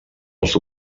els